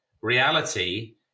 reality